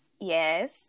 Yes